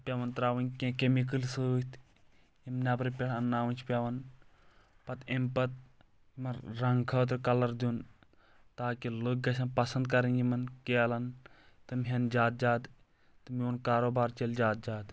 پٮ۪وان ترٛاوٕنۍ کینٛہہ کیمِکٕل سۭتۍ یِم نٮ۪برٕ پٮ۪ٹھ انناوٕنۍ چھِ پٮ۪وان پتہٕ امہِ پتہٕ یِمن رنٛگ خٲطرٕ کلر دِیُن تاکہِ لُکھ گژھٮ۪ن پسنٛد کرٕنۍ یِمن کیلن تِم ہٮ۪ن زیادٕ زیادٕ تہٕ میون کاروبار چلہِ زیادٕ زیادٕ